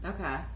Okay